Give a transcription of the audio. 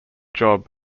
job